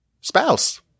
spouse